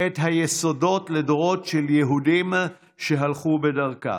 את היסודות לדורות של יהודים שהלכו בדרכם.